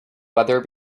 weather